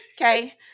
Okay